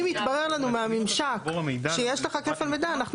אם יתברר לנו מהממשק שיש לך כפל ביטוח אנחנו